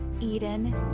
Eden